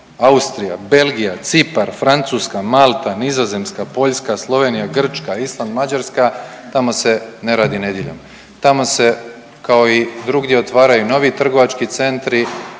Austrija, Belgija, Cipar, Francuska, Malta, Nizozemska, Poljska, Slovenija, Grčka, Island, Mađarska, tamo se ne radi nedjeljom, tamo se kao i drugdje otvaraju novi trgovački centri,